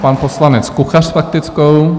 Pan poslanec Kuchař s faktickou.